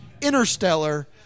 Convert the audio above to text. Interstellar